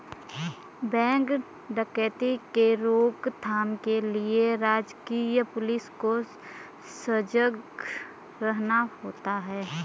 bank डकैती के रोक थाम के लिए राजकीय पुलिस को सजग रहना होता है